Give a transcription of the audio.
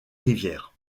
rivières